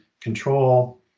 control